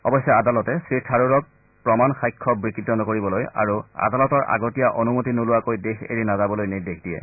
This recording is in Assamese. অৱশ্যে আদালতে শ্ৰীথাৰুৰক প্ৰমাণ সাক্ষ্য বিকৃত নকৰিবলৈ আৰু আদালতৰ আগতীয়া অনুমতি নোলোৱাকৈ দেশ এৰি নাযাবলৈ নিৰ্দেশ দিয়ে